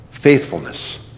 Faithfulness